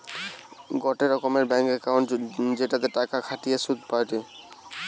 গোটে রোকমকার bank account জেটিতে টাকা খতিয়ে শুধ পায়টে